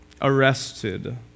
arrested